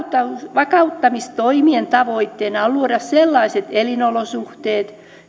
vakauttamistoimien tavoitteena on luoda sellaiset elinolosuhteet